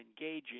engaging